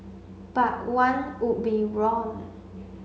but one would be wrong